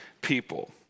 people